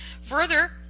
Further